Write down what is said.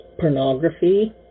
pornography